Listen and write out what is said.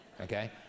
Okay